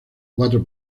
cuatro